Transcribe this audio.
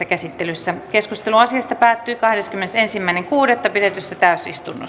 käsittelyssä keskustelu asiasta päättyi kahdeskymmenesensimmäinen kuudetta kaksituhattakuusitoista pidetyssä täysistunnossa